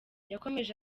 yakomeje